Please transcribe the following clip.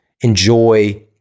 enjoy